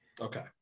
Okay